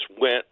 went